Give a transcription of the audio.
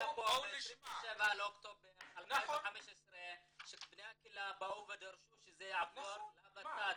ב-27 באוקטובר 2015 בני הקהילה באו ודרשו שזה יעבור לות"ת.